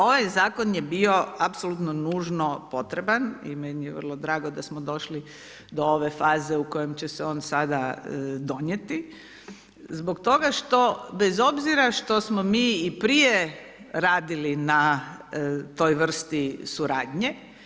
Ovaj Zakon je bio apsolutno nužno potreban i meni je vrlo drago da smo došli do ove faze u kojem će se on sada donijeti, zbog toga što bez obzira što smo mi i prije radili na toj vrsti suradnje.